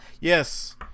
Yes